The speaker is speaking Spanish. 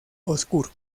oscuro